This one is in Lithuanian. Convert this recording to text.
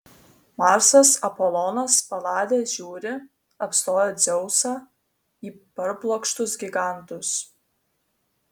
marsas apolonas paladė žiūri apstoję dzeusą į parblokštus gigantus